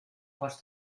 pots